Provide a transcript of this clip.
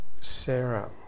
Sarah